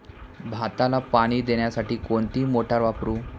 भाताला पाणी देण्यासाठी कोणती मोटार वापरू?